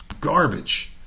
garbage